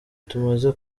tumaze